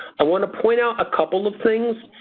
i want to point out a couple of things.